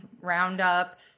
Roundup